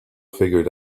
figured